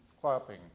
clapping